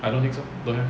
I don't think so don't have